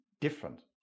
different